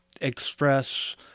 express